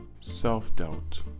self-doubt